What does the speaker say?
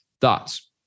thoughts